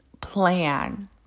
plan